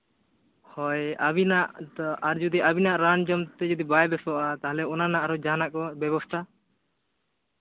ᱦᱳᱭ ᱟᱹᱵᱤᱱᱟᱜ ᱟᱨ ᱡᱩᱫᱤ ᱟᱹᱵᱤᱱᱟᱜ ᱨᱟᱱ ᱡᱚᱢ ᱛᱮ ᱡᱚᱫᱤ ᱵᱟᱭ ᱵᱮᱥᱚᱜᱼᱟ ᱛᱟᱦᱚᱞᱮ ᱚᱱᱟ ᱨᱮᱱᱟᱜ ᱡᱟᱦᱟᱱᱟᱜ ᱠᱚ ᱵᱮᱵᱚᱥᱛᱷᱟ